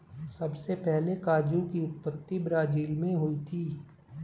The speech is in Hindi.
सबसे पहले काजू की उत्पत्ति ब्राज़ील मैं हुई थी